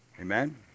Amen